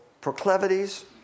proclivities